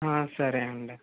సరే అండి